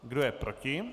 Kdo je proti?